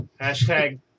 Hashtag